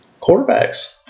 Quarterbacks